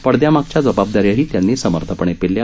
पडदयामागच्या जबाबदाऱ्याही त्यांनी समर्थपणे पेलल्या